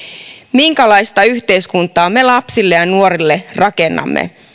minkälaista yhteiskuntaa me lapsille ja nuorille rakennamme